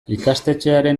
ikastetxearen